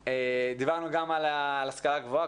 דיברנו גם על השכלה גבוהה,